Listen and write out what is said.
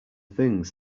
things